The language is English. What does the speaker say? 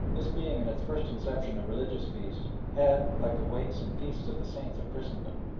this being in its first inception a religious feast, had, like the wakes and feasts of the saints of christendom,